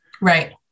Right